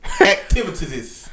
Activities